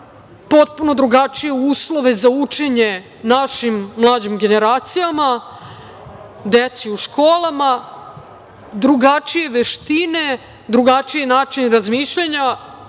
potpuno drugačije uslove za učenje našim mlađim generacijama, deci u školama, drugačije veštine, drugačiji način razmišljanja